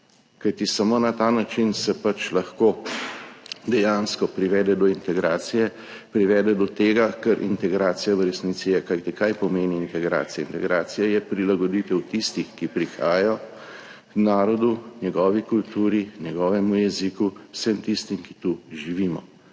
Kajti samo na ta način se pač lahko dejansko privede do integracije, privede do tega, kar integracija v resnici je. Kajti kaj pomeni integracija? Integracija je prilagoditev tistih, ki prihajajo, narodu, njegovi kulturi, njegovemu jeziku, vsem tistim, ki tu živimo,